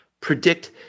predict